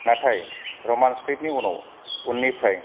नाथाय रमान स्क्रिप्टनि उनाव उननिफ्राय